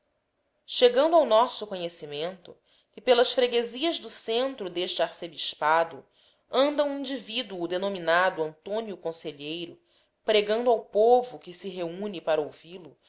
chegando ao nosso conhecimento que pelas freguesias do centro deste arcebispado anda um indivíduo denominado antônio conselheiro pregando ao povo que se reúne para ouvi-lo